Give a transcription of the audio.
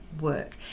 work